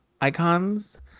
icons